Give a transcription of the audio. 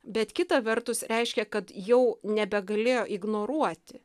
bet kita vertus reiškia kad jau nebegalėjo ignoruoti